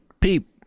peep